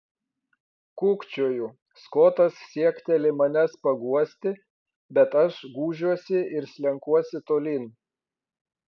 kūkčioju skotas siekteli manęs paguosti bet aš gūžiuosi ir slenkuosi tolyn